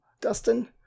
Dustin